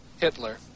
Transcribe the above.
Hitler